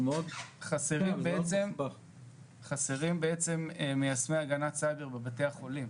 חסרים בעצם, מיישמי הגנת סייבר בבתי החולים,